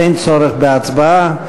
אין צורך בהצבעה.